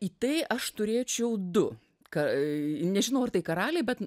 į tai aš turėčiau du kai nežinau ar tai karaliai bet